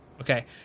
Okay